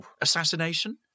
assassination